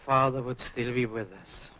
father would still be with us